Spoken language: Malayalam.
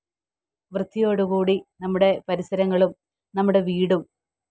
വൃത്തിയോടുകൂടി നമ്മുടെ പരിസരങ്ങളും നമ്മുടെ വീടും